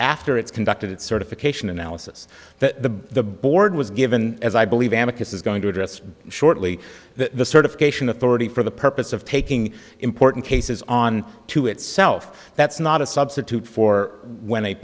after it's conducted certification analysis that the board was given as i believe advocates is going to address shortly that the certification authority for the purpose of taking important cases on to itself that's not a substitute for when a